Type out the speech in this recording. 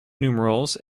numerals